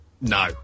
No